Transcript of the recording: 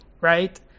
right